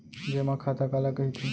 जेमा खाता काला कहिथे?